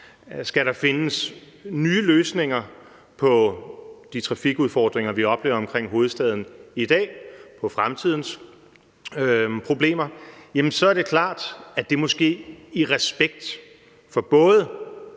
Skal der findes nye løsninger på de trafikudfordringer, vi oplever omkring hovedstaden i dag, og på fremtidens problemer, er det klart, at det må ske i respekt for både